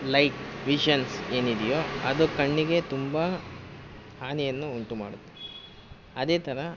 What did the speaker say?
light visions ಏನಿದೆಯೊ ಅದು ಕಣ್ಣಿಗೆ ತುಂಬ ಹಾನಿಯನ್ನು ಉಂಟುಮಾಡುತ್ತೆ ಅದೇ ಥರ